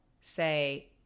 say